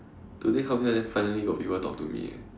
today come here then finally got people talk to me eh